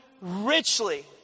richly